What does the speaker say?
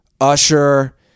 Usher